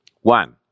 One